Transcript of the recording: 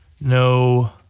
no